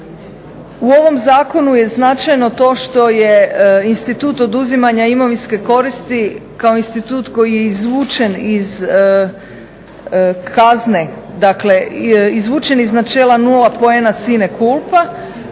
U ovom zakonu je značajno to što je institut oduzimanja imovinske koristi kao institut koji je izvučen iz kazne, dakle izvučen